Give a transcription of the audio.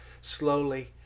slowly